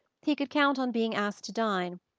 he could count on being asked to dine,